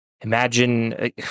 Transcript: imagine